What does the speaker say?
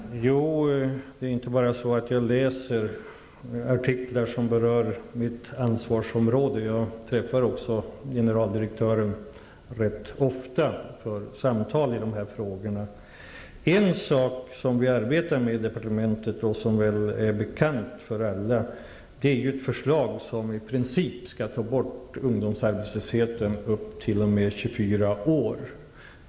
Fru talman! Det är inte bara så att jag läser artiklar som rör mitt ansvarsområde, utan jag träffar också generaldirektören rätt ofta för samtal i dessa frågor. En sak som vi arbetar med i departementet, och som nog är bekant för alla, är ett förslag som i princip skall ta bort ungdomsarbetslösheten för ungdomar i åldern t.o.m. 24 år.